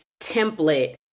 template